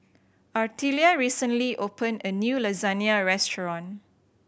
Artelia recently opened a new Lasagna Restaurant